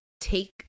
take